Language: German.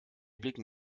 blicken